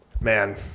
Man